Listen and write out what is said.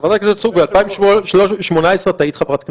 חברת הכנסת סטרוק, ב-2018 היית חברת כנסת?